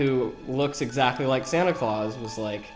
who looks exactly like santa claus was like